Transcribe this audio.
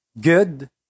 good